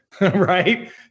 right